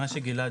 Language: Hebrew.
מה שגלעד,